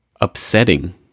Upsetting